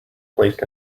placed